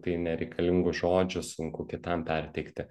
tai nereikalingų žodžių sunku kitam perteikti